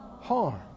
harm